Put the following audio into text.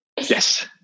Yes